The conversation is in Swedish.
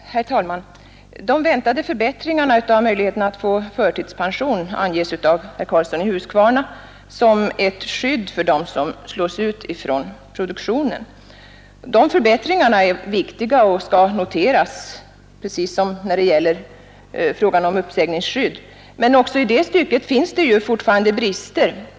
Herr talman! De väntade förbättringarna av möjligheterna att få förtidspension anges av herr Karlsson i Huskvarna som ett skydd för dem som slås ut från produktionen. De förbättringarna är viktiga och skall noteras precis som förbättringarna i uppsägningsskyddet. Också i det stycket finns det fortfarande brister.